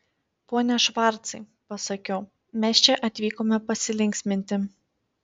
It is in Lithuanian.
pone švarcai pasakiau mes čia atvykome pasilinksminti